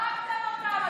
הרגתם אותם.